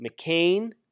McCain